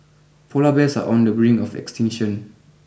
polar bears are on the brink of extinction